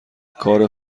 کار